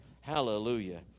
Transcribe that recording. Hallelujah